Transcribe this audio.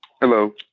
Hello